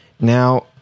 Now